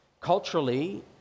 Culturally